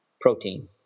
protein